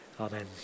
amen